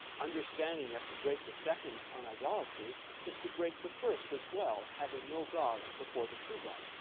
understanding that to break the second on idolatry is to break the first as well, having no gods before the true god.